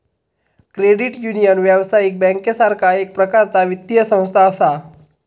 credit union, व्यावसायिक बँकेसारखा एक प्रकारचा वित्तीय संस्था असा